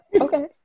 Okay